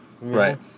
Right